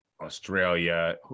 Australia